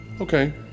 okay